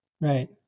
right